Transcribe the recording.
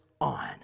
on